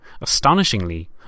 Astonishingly